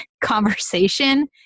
conversation